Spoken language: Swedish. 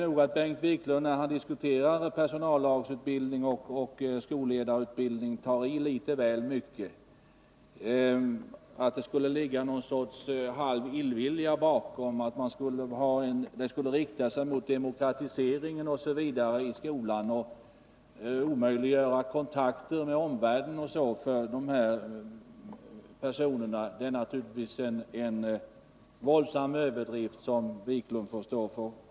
När Bengt Wiklund diskuterar personallagsoch skolledarutbildning tar han i litet väl hårt. Att det skulle ligga någon sorts halv illvilja bakom förslaget och att det skulle rikta sig mot demokratiseringen i skolan och omöjliggöra kontakter med omvärlden för dessa personer, det är naturligtvis en våldsam överdrift som Bengt Wiklund får stå för.